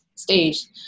stage